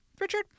Richard